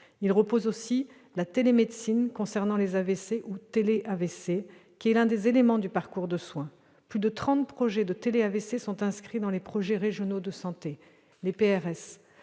Il repose aussi sur la télémédecine concernant les AVC, ou téléAVC, qui est l'un des éléments clés du parcours de soins. Plus de 30 projets de téléAVC sont inscrits dans les projets régionaux de santé, les PRS.